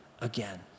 again